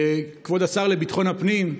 כבוד השר לביטחון הפנים,